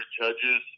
judges